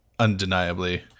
undeniably